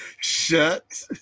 Shut